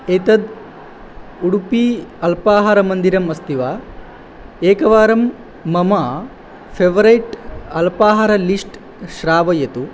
एतद् उडुपी अल्पाहारमन्दिरम् अस्ति वा एकवारं मम फ़ेवरेट् अल्पाहार लिस्ट् श्रावयतु